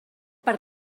per